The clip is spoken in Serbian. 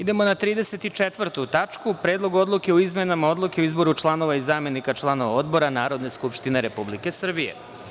Prelazimo 34. tačku – Predlog odluke o izmenama Odluke o izboru članova i zamenika članova odbora Narodne skupštine Republike Srbije.